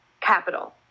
capital